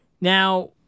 Now